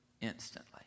Instantly